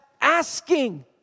asking